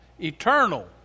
eternal